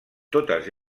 totes